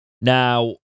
Now